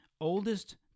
oldest